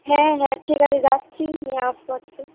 হ্যাঁ হ্যাঁ ঠিক আছে রাখছি আমি আসব আজকে